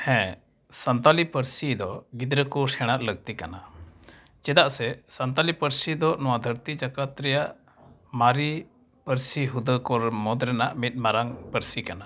ᱦᱮᱸ ᱥᱟᱱᱛᱟᱲᱤ ᱯᱟᱹᱨᱥᱤᱫᱚ ᱜᱤᱫᱽᱨᱟᱹᱠᱚ ᱥᱮᱬᱟ ᱞᱟᱹᱠᱛᱤ ᱠᱟᱱᱟ ᱪᱮᱫᱟᱜ ᱥᱮ ᱥᱟᱱᱛᱟᱲᱤ ᱯᱟᱹᱨᱥᱤᱫᱚ ᱱᱚᱣᱟ ᱫᱷᱟᱹᱨᱛᱤ ᱡᱟᱠᱟᱛ ᱨᱮᱭᱟᱜ ᱢᱟᱨᱮ ᱯᱟᱹᱨᱥᱤ ᱦᱩᱫᱟᱹᱠᱚ ᱢᱩᱫᱽᱨᱮᱱᱟᱜ ᱢᱤᱫ ᱢᱟᱨᱟᱝ ᱯᱟᱹᱨᱥᱤ ᱠᱟᱱᱟ